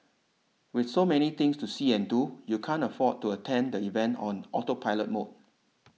with so many things to see and do you can't afford to attend the event on autopilot mode